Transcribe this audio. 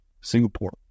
Singapore